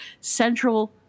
central